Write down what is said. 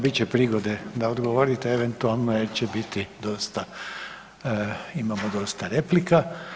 Bit će prigode da odgovorite eventualno jer će biti dosta, imamo dosta replika.